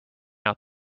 out